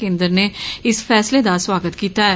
केन्द्र नै इस फैसले दा सुआगत कीता ऐ